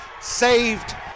saved